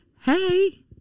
Hey